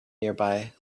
nearby